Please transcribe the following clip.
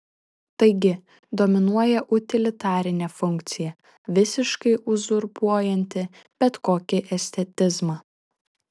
taigi dominuoja utilitarinė funkcija visiškai uzurpuojanti bet kokį estetizmą